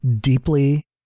deeply